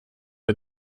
bei